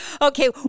Okay